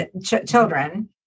children